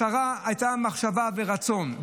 לשרה הייתה מחשבה ורצון,